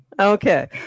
Okay